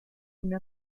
una